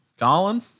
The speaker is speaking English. Colin